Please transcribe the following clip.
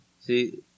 See